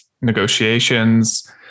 negotiations